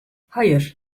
hayır